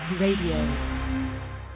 Radio